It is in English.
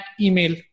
email